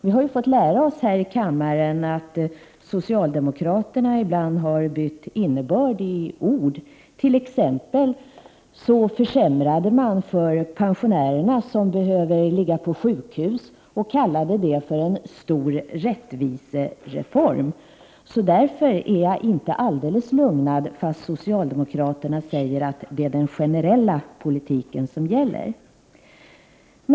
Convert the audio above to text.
Vi har fått lära oss här i kammaren att socialdemokraterna ibland har bytt ett ords innebörd. Man försämrade t.ex. för de pensionärer som behöver ligga på sjukhus och kallade det för en stor rättvisereform. Därför är jag inte alldeles lugnad, fast socialdemokraterna säger att det är den generella politiken som gäller.